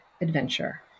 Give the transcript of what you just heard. adventure